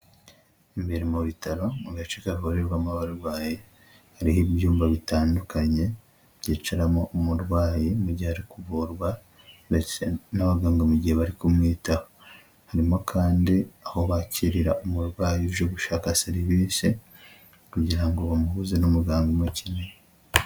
Imbere mu bitaro mu gace kavurirwamo abarwayi, hariho ibyumba bitandukanye byicaramo umurwayi mu gihe ari kuvurwa ndetse n'abaganga mu gihe bari kumwitaho. Harimo kandi aho bakirira umurwayi uje gushaka serivise kugira ngo bamuhuze n'umuganga umukeneye.